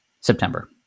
September